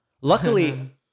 luckily